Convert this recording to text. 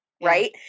Right